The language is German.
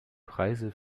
preise